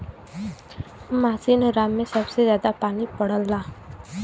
मासिनराम में सबसे जादा पानी पड़ला